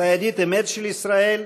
אתה ידיד אמת של ישראל,